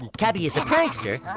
kebi is a prankster.